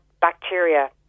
bacteria